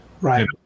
Right